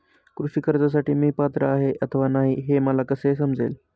कृषी कर्जासाठी मी पात्र आहे अथवा नाही, हे मला कसे समजेल?